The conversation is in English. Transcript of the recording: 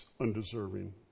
undeserving